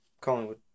Collingwood